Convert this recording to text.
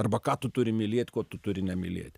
arba ką tu turi mylėt ko tu turi nemylėt